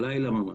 ממש הלילה.